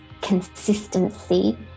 consistency